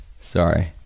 sorry